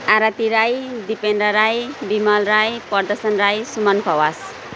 Aarti Rai Dipendra Rai Bimal Rai Pradarshan Rai Suman Khawas